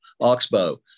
Oxbow